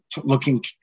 looking